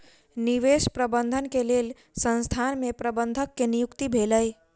निवेश प्रबंधन के लेल संसथान में प्रबंधक के नियुक्ति भेलै